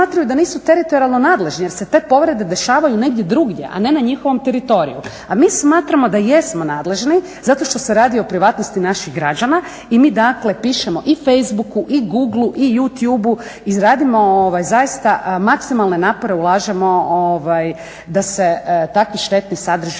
da nisu teritorijalno nadležni jer se te povrede dešavaju negdje drugdje, a ne na njihovom teritoriju. A mi smatramo da jesmo nadležni zato što se radi o privatnosti naših građana i mi pišemo i Facebooku i Googlu i YouTubu izradimo zaista maksimalne napore ulažemo da se takvi štetni sadržaji